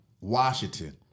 Washington